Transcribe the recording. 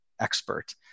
expert